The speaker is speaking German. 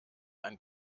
ein